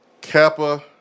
Kappa